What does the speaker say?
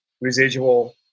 residual